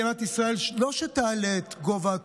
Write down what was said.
טוענת שהיא דואגת